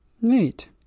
Neat